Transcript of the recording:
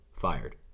fired